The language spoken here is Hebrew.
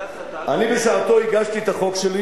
-- "אני בשעתי הגשתי את החוק שלי,